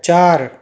चार